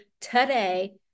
today